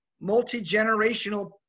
multi-generational